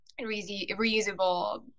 reusable